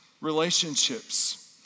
relationships